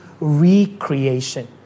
recreation